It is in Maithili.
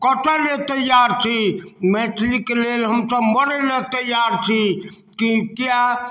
कटै लए तैयार छी मैथिलीके लेल हमसब मरै लए तैयार छी किआ